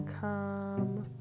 come